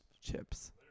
Chips